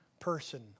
Person